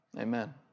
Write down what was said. Amen